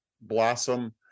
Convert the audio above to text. blossom